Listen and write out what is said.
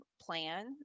plan